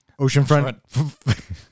Oceanfront